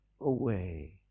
away